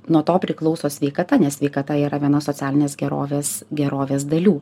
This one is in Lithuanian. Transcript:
nuo to priklauso sveikata nes sveikata yra vienos socialinės gerovės gerovės dalių